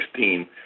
2016